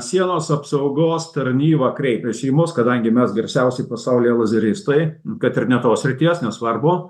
sienos apsaugos tarnyba kreipėsi į mus kadangi mes garsiausi pasaulyje lazeristai kad ir ne tos srities nesvarbu